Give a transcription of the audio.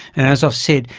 as i've said,